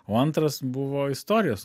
o antras buvo istorijos